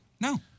No